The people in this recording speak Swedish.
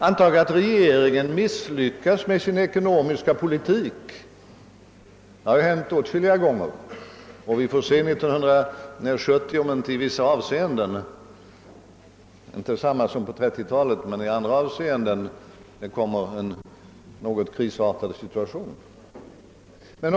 Antag att regeringen misslyckas med sin ekonomiska politik — det har hänt åtskilliga gånger — så att vi 1970 får en krisartad situation i vissa avseenden, låt vara inte på samma sätt som under 1930-talet.